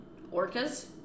Orcas